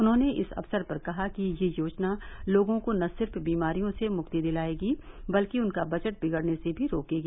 उन्होंने इस अवसर पर कहा कि यह योजना लोगो को न सिर्फ बीमारियों से मुक्ति दिलायेगी बल्कि उनका बजट बिगड़ने से भी रोकेगी